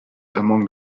among